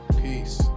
peace